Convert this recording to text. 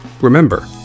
Remember